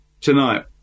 tonight